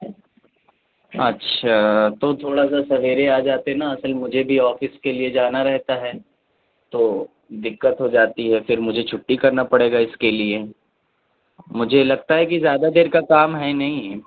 اچھا تو تھوڑا سا سویرے آ جاتے نا اصل مجھے بھی آفس کے لیے جانا رہتا ہے تو دقت ہو جاتی ہے پھر مجھے چھٹی کرنا پڑے گا اس کے لیے مجھے لگتا ہے کہ زیادہ دیر کا کام ہے نہیں